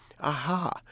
Aha